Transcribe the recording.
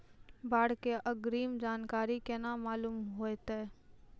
बाढ़ के अग्रिम जानकारी केना मालूम होइतै?